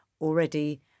already